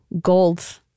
gold